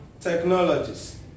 technologies